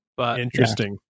Interesting